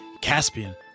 Caspian